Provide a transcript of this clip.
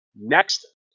Next